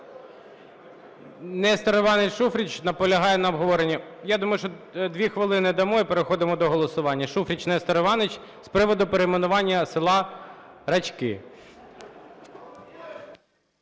Нестор Іванович Шуфрич наполягає на обговоренні. Я думаю, що дві хвилини дамо - і переходимо до голосування. Шуфрич Нестор Іванович з приводу перейменування села Рачки.